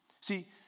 See